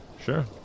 Sure